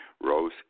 rose